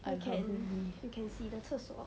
I'm hungry